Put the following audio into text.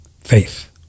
Faith